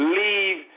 leave